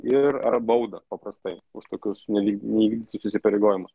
ir ar baudą paprastai už tokius nevyk neįvykdytus įsipareigojimus